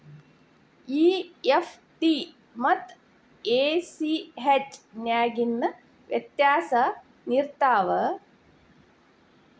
EFT ಮತ್ತ ACH ನ್ಯಾಗಿನ್ ವ್ಯೆತ್ಯಾಸೆನಿರ್ತಾವ?